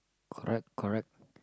alright correct